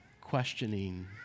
questioning